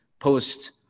post